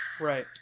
Right